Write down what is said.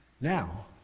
Now